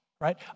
right